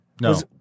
No